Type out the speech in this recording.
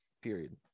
period